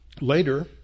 later